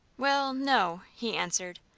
well, no, he answered,